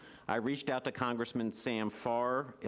i reached out to congressman sam farr.